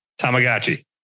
Tamagotchi